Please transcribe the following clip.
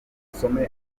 usome